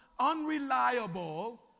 unreliable